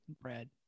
bread